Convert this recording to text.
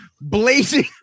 blazing